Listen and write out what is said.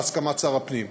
בהסכמת שר הפנים,